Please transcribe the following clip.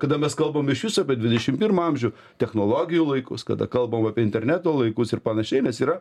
kada mes kalbam iš viso apie dvidešim pirmą amžių technologijų laikus kada kalbam apie interneto laikus ir panašiai nes yra